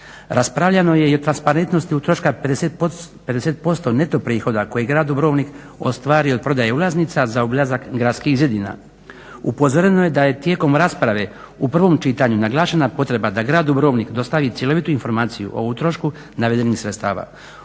Raspravljeno je i o transparentnosti troška 50% neto prihoda koje grad Dubrovnik ostvari od prodaje ulaznica za ulazak gradskih zidina. Upozoreno je da je tijekom rasprave u prvom čitanju naglašena potreba da grad Dubrovnik dostavi cjelovitu informaciju o utrošku navedenih sredstava.